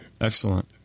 Excellent